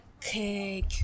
cake